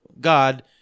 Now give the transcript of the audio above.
God